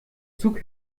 zug